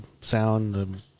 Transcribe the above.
sound